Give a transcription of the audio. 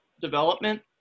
development